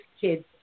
kids